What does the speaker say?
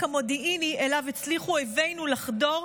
המודיעיני שאליו הצליחו אויבינו לחדור,